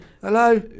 Hello